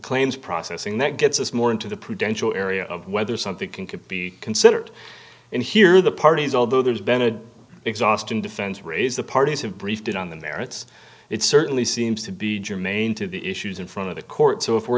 claims processing that gets us more into the prudential area of whether something could be considered in here the parties although there's been a exhausting defense raise the parties have briefed it on the merits it certainly seems to be germane to the issues in front of the court so if we're